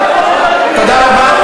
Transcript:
תודה רבה.